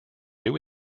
new